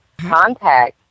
contact